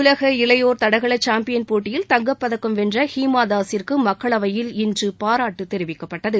உலக இளையோர் தடகள சாம்பியன் போட்டியில் தங்கப்பதக்கம் வென்ற வழிமாதாஸிற்கு மக்களவையில் இன்று பாராட்டு தெரிவிக்கப்பட்டது